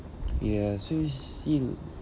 ya so you see